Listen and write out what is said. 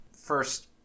first